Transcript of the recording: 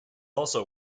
also